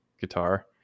guitar